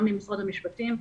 גם עם משרד המשפטים,